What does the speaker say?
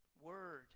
word